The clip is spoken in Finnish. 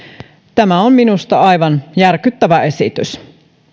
tämä on minusta aivan järkyttävä esitys